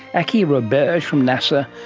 aki roberge from nasa,